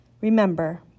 Remember